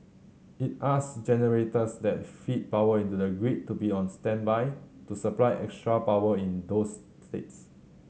it asked generators that feed power into the grid to be on standby to supply extra power in those state